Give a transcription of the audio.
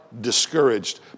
discouraged